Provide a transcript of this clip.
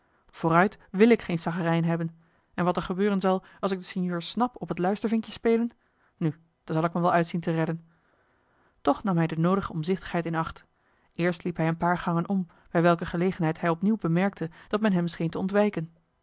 vooruit wil ik geen saggerijn hebben en wat er gebeuren zal als ik den sinjeur snap op het luistervinkje spelen nu daar zal ik mij wel uit zien te redden toch nam hij de noodige omzichtigheid in acht eerst liep hij een paar gangen om bij welke gelegenheid hij opnieuw bemerkte dat men hem scheen te ontwijken